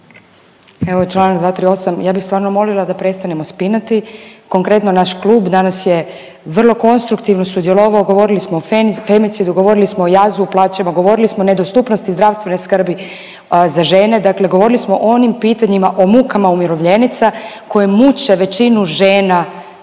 Evo, Članak 238., ja bih samo molila da prestanemo spinati, konkretno naš klub danas je vrlo konstruktivno sudjelovao, govorili smo o femicidu, govorili smo o jazu u plaćama, govorili smo o nedostupnosti zdravstvene skrbi za žene. Dakle, govorili smo o onim pitanjima, o mukama umirovljenica koje muče većinu žena u ovoj